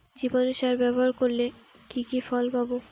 জীবাণু সার ব্যাবহার করলে কি কি ফল পাবো?